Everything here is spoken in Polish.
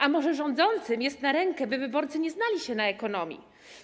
A może rządzącym jest na rękę, by wyborcy nie znali się na ekonomii?